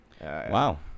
wow